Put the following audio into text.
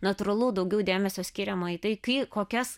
natūralu daugiau dėmesio skiriama į tai kai kokias